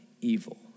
evil